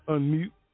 Unmute